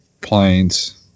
planes